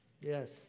Yes